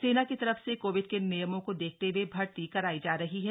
सेना की तरफ से कोविड के नियमों को देखते हुए भर्ती कराई जा रही है